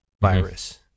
virus